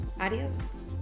Adios